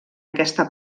aquesta